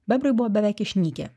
bebrai buvo beveik išnykę